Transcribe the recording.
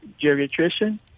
geriatrician